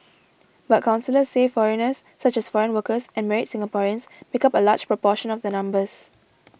but counsellors say foreigners such as foreign workers and married Singaporeans make up a large proportion of the numbers